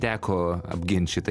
teko apgint šitą